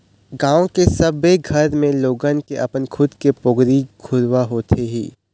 गाँव के सबे घर म लोगन के अपन खुद के पोगरी घुरूवा होथे ही